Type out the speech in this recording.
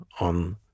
on